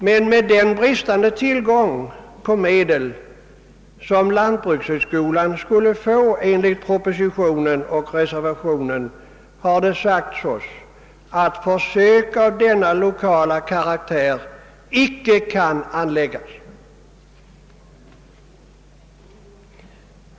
Men med den bristande tillgång på medel, som lantbrukshögskolan enligt propositionen och reservationen skulle få, har det sagts oss att försök av den na lokala karaktär icke kan anläggas.